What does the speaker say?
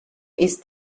ist